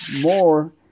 more